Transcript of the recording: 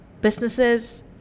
businesses